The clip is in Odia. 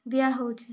ଦିଆହେଉଛି